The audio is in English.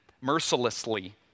mercilessly